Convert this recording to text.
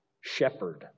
shepherd